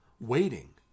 waiting